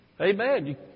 Amen